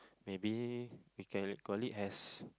maybe we can call it has